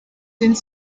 sind